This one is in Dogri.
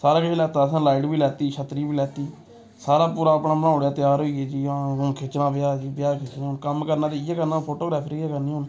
सारा किश लैता असें लाइट बी लैती छत्तरी बी लैती सारा पूरा अपना बनाई ओड़ेआ त्यार होई गे जी हून खिच्चना ब्याह् ब्याह् खिच्चना हून कम्म करना ते इ'यै करना फोटोग्राफरी करनी हून